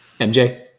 MJ